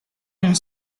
yang